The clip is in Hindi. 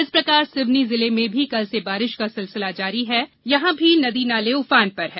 इस प्रकार सिवनी जिले में भी कल से बारिश का सिलसिला जारी है यहां भी नदी नाले उफान पर हैं